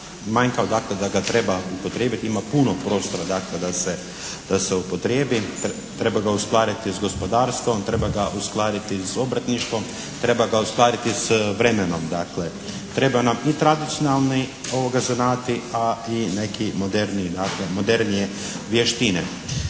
manjkav dakle da ga treba upotrijebit, ima puno prostora da se upotrijebi, treba ga uskladiti sa gospodarstvom, treba ga uskladiti sa obrtništvom, treba ga uskladiti s vremenom dakle. Treba nam i tradicionalni zanati a i neki modernije vještine.